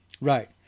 Right